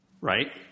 right